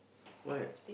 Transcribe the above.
what